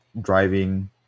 driving